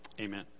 Amen